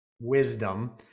wisdom